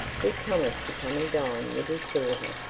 he promised to come and dine with his daughter,